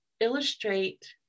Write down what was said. illustrate